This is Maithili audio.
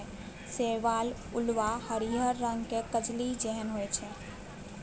शैवाल उल्वा हरिहर रंग केर कजली जेहन होइ छै